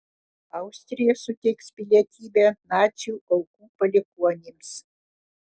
austrija suteiks pilietybę nacių aukų palikuonims